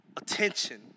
attention